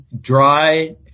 dry